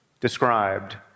described